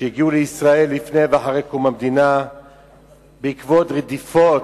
אשר הגיעו לישראל לפני ואחרי קום המדינה בעקבות רדיפות,